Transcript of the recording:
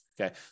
Okay